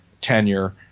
tenure